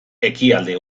ekialde